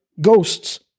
ghosts